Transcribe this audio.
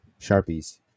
Sharpies